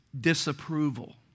disapproval